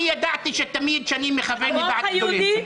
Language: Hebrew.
אני ידעתי שתמיד אני מכוון לדעת גדולים.